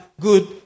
good